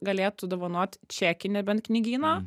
galėtų dovanot čekį nebent knygyno